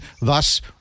thus